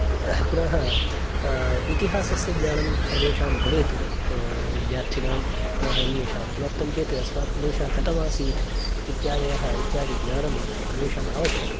पुनः इतिहासस्य ज्ञानं सर्वेषां भवेत् विद्यार्थिनां पुनः अन्येषां किमर्थं चेत् अस्माकं देशः कथमासीत् इत्यादयः इत्यादि ज्ञानं सर्वेषाम् आवश्यकम्